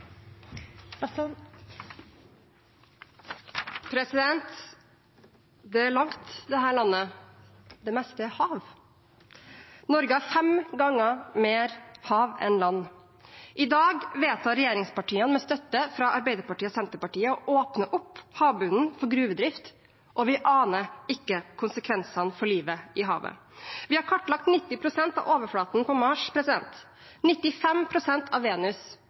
til. Det er langt dette landet, det meste er hav. Norge er fem ganger mer hav enn land. I dag vedtar regjeringspartiene, med støtte fra Arbeiderpartiet og Senterpartiet, å åpne opp havbunnen for gruvedrift, og vi aner ikke konsekvensene for livet i havet. Vi har kartlagt 90 pst. av overflaten på Mars, 95 pst. av Venus,